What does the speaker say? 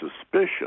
suspicion